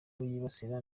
yibasira